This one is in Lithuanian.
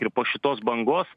ir po šitos bangos